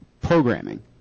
programming